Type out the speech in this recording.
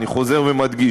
אני חוזר ומדגיש.